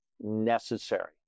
necessary